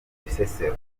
bisesero